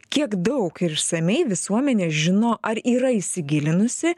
kiek daug ir išsamiai visuomenė žino ar yra įsigilinusi